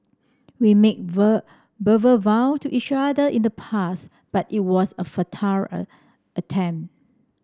we made vow to each other in the past but it was a attempt